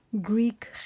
Greek